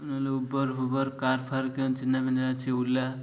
ନହେଲେ ଉବର ଫୁବର କାର୍ ଫାର୍ କେଉଁ ଚିହ୍ନା ପିହ୍ନା ଅଛି ଓଲା